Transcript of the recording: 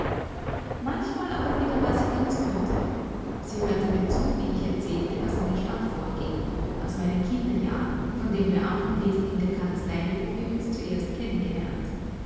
manchmal aber wieder war sie ganz güte sie hörte mir zu wenn ich erzählte was in der stadt vorging aus meinen kinderjahren von dem beamtenwesen in der kanzlei wo wir uns zuerst kennengelernt